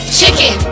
Chicken